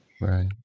right